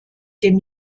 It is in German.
dem